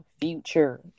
future